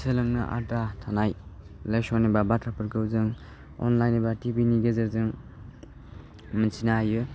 सोलोंनो आद्रा थानाय लेसन एबा बाथ्राफोरखौ जों अनलाइन एबा टिभिनि गेजेरजों मोनथिनो हायो